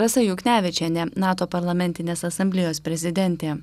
rasa juknevičienė nato parlamentinės asamblėjos prezidentė